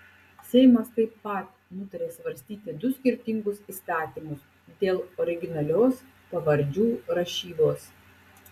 seimas taip pat nutarė svarstyti du skirtingus įstatymus dėl originalios pavardžių rašybos